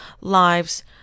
lives